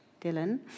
Dylan